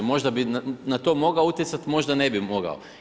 Možda bi na to mogao utjecati, možda ne bi mogao.